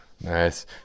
Nice